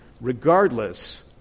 regardless